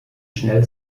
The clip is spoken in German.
schnell